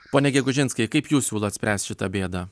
pone gegužinskai kaip jūs siūlot spręst šitą bėdą